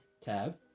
Tab